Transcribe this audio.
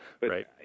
Right